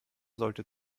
sollte